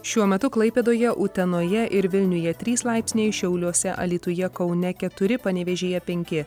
šiuo metu klaipėdoje utenoje ir vilniuje trys laipsniai šiauliuose alytuje kaune keturi panevėžyje penki